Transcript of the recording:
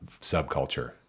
subculture